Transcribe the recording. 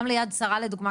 גם ל-"יד שרה" לדוגמה,